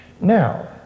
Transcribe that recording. Now